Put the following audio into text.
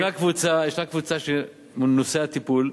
יש קבוצה שהיא נושא הטיפול,